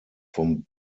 vom